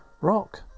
Rock